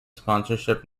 sponsorship